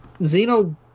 Xeno